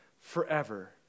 forever